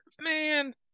Man